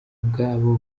ubwabo